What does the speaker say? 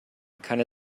keine